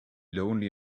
lonely